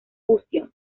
fusión